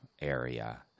area